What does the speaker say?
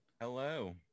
Hello